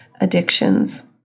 addictions